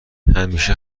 همیشه